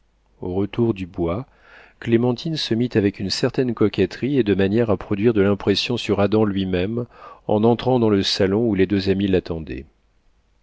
au retour du bois clémentine se mit avec une certaine coquetterie et de manière à produire de l'impression sur adam lui-même en entrant dans le salon où les deux amis l'attendaient